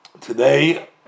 today